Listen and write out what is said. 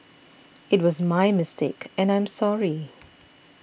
it was my mistake and I'm sorry